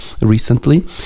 recently